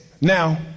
Now